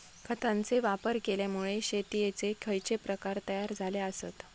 खतांचे वापर केल्यामुळे शेतीयेचे खैचे प्रकार तयार झाले आसत?